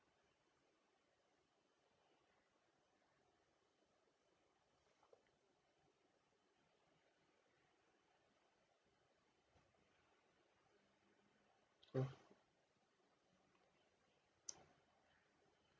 mm